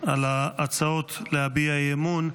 על ההצעות להביע אי-אמון,